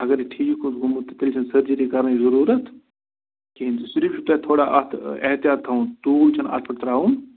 اگر یہِ ٹھیٖک اوس گوٚمُت تہٕ تیٚلہِ چھِنہٕ سٔرجٕری کَرنٕچ ضروٗرت کِہیٖنٛۍ تہٕ صِرف چھُو تۄہہِ تھوڑا اَتھ احتِیاط تھاوُن توٗل چھِنہٕ اَتھ پٮ۪ٹھ ترٛاوُن